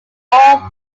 all